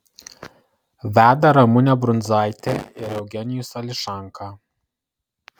veda ramunė brundzaitė ir eugenijus ališanka